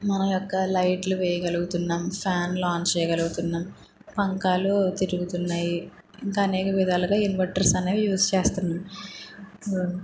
మన యొక్క లైట్లు వేయగలుగుతున్నాం ఫ్యాన్లు ఆన్ చేయగలుగుతున్నాం పంకాలు తిరుగుతున్నాయి ఇంకా అనేక విధాలుగా ఇన్వర్టర్ అనేవి యూస్ చేస్తున్నాం